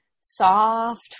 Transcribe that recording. soft